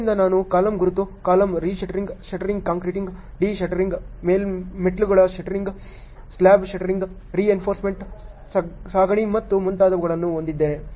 ಆದ್ದರಿಂದ ನಾನು ಕಾಲಮ್ ಗುರುತು column reinforcement shuttering concreting deshuttering ಮೆಟ್ಟಿಲುಗಳ ಶಟ್ಟರಿಂಗ್ ಸ್ಲ್ಯಾಬ್ ಶಟ್ಟರಿಂಗ್ ರೆಇನ್ಫೋರ್ಸ್ನಮೆಂಟ್ ಸಾಗಣೆ ಮತ್ತು ಮುಂತಾದವುಗಳನ್ನು ಹೊಂದಿದ್ದೇನೆ